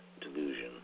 delusion